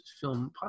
film